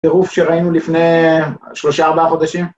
טירוף שראינו לפני שלושה ארבעה חודשים.